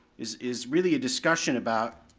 is is really a discussion about,